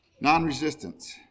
non-resistance